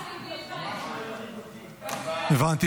--- הבנתי.